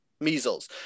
measles